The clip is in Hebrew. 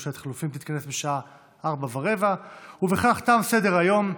ממשלת חילופים) תתכנס בשעה 16:15. בכך תם סדר-היום.